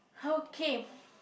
okay